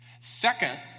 Second